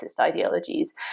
ideologies